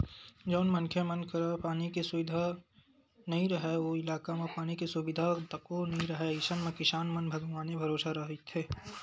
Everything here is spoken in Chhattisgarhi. जउन मनखे मन करा पानी के सुबिधा नइ राहय ओ इलाका म पानी के सुबिधा तको नइ राहय अइसन म किसान मन भगवाने भरोसा रहिथे